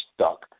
stuck